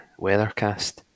weathercast